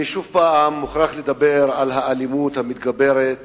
אני שוב מוכרח לדבר על האלימות המתגברת